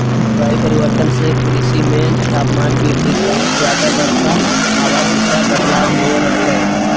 जलवायु परिवर्तन से कृषि मे तापमान वृद्धि कम ज्यादा वर्षा हवा दिशा बदलाव हो रहले